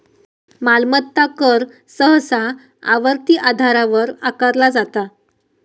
मालमत्ता कर सहसा आवर्ती आधारावर आकारला जाता